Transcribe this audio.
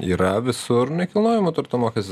yra visur nekilnojamo turto mokesti